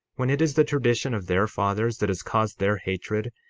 when it is the tradition of their fathers that has caused their hatred,